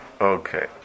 Okay